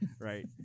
Right